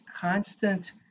constant